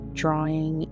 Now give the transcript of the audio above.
drawing